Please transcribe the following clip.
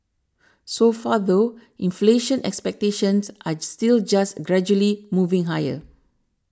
so far though inflation expectations are still just gradually moving higher